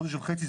חודש וחצי,